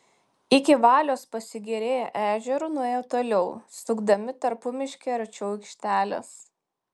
iki valios pasigėrėję ežeru nuėjo toliau sukdami tarpumiške arčiau aikštelės